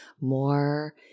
more